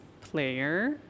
player